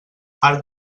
arc